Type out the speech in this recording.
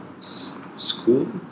school